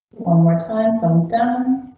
one more time comes down.